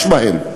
יש בהן.